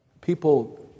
People